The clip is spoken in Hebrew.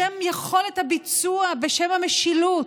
בשם יכולת הביצוע, בשם המשילות.